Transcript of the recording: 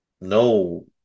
No